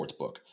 Sportsbook